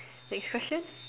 next question